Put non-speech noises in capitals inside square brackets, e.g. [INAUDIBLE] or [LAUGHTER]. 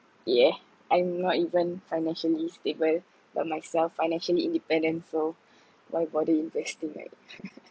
yeah I'm not even financially stable by myself financially independent so why bother investing right [LAUGHS]